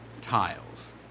tiles